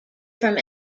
from